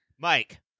Mike